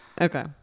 Okay